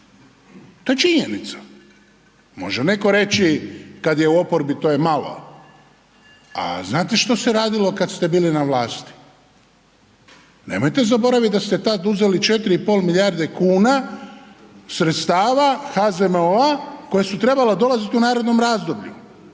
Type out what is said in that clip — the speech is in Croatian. to je činjenica. Može netko reći kad je u oporbi to je malo, a znate što se radilo kad ste bili na vlasti. Nemojte zaboraviti da ste tad uzeli 4 i pol milijarde kuna sredstava HZMO-a koja su trebala dolazit u narednom razdoblju,